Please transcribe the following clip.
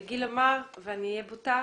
ואני אהיה בוטה,